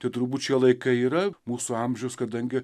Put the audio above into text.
tai turbūt šie laikai yra mūsų amžius kadangi